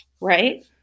Right